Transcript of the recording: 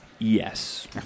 Yes